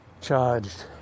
charged